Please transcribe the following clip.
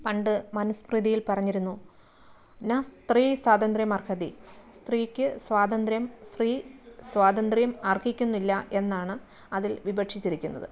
പണ്ട് മനുസ്മൃതിയിൽ പറഞ്ഞിരുന്നു ന സ്ത്രീ സ്വാതന്ത്ര്യ മർഹതി സ്ത്രീക്ക് സ്വാതന്ത്ര്യം സ്ത്രീ സ്വാതന്ത്ര്യം അർഹിക്കുന്നില്ല എന്നാണ് അതിൽ വിപക്ഷിച്ചിരിക്കുന്നത്